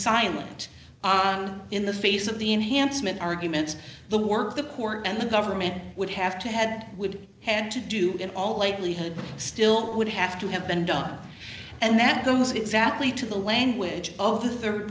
silent on in the face of the enhancement arguments the work the court and the government would have to had would had to do in all likelihood still would have to have been done and that goes exactly to the language of th